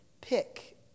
pick